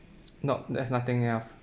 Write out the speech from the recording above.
nope there's nothing else